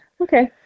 okay